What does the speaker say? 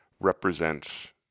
represents